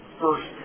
first